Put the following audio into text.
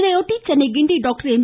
இதையொட்டி Chennai Guindy doctor M